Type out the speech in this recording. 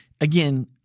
again